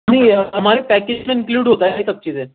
نہیں ہمارے پیکیج میں انکلوڈ ہوتا ہے یہ سب چیزیں